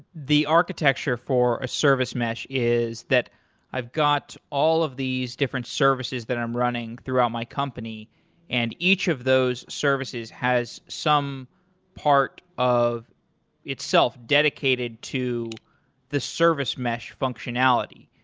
the architecture for a service mesh is that i've got all of these different services that i'm running throughout my company and each of those services has some part of itself dedicated to the service mesh functionality,